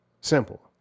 Simple